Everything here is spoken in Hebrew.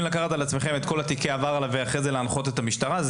לקחת על עצמכם את כל תיקי העבר ואחר כך להנחות את המשטרה,